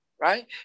right